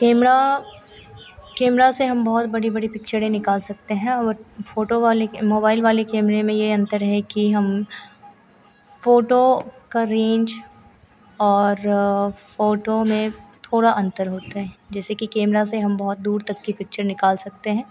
camera camera से हम बहुत बड़ी बड़ी पिक्चरें निकाल सकते हैं वह फ़ोटो वाली मोबाइल वाली कैमरे में यह अन्तर है कि हम फ़ोटो का रेन्ज और फ़ोटो में थोड़ा अन्तर होता है जैसे कि कैमरा से हम बहुत दूर तक की पिक्चर निकाल सकते हैं